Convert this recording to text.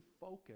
focus